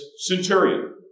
centurion